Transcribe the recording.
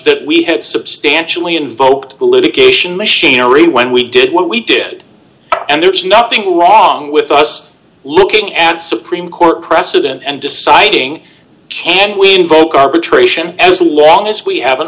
that we had substantially invoked the litigation machinery when we did what we did and there's nothing wrong with us looking at supreme court precedent and deciding can we invoke arbitration as long as we haven't